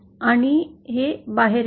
आणि हे बाहेर येते